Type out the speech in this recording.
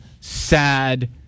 sad